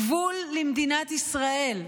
גבול למדינת ישראל,